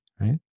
right